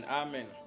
amen